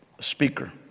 Speaker